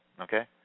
Okay